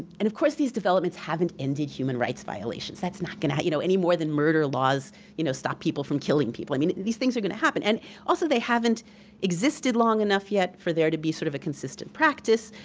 and of course, these developments haven't ended human rights violations. that's not gonna happen, you know any more than murder laws you know stop people from killing people. i mean these things are gonna happen. and also, they haven't existed long enough yet for there to be sort of a consistent practice.